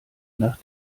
nach